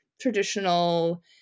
traditional